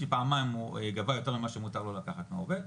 כי פעמיים הוא לקח יותר ממה שמותר לו לקחת מהעובד,